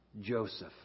Joseph